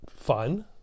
fun